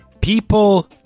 people